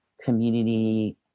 community